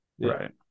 Right